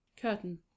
Curtain